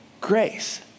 grace